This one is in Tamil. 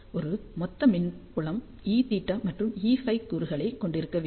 ஒரு மொத்த மின் புலம் Eθ மற்றும் Eφ கூறுகளைக் கொண்டிருக்க வேண்டும்